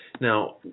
Now